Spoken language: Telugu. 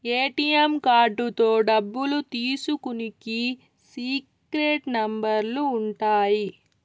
ఏ.టీ.యం కార్డుతో డబ్బులు తీసుకునికి సీక్రెట్ నెంబర్లు ఉంటాయి